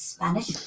Spanish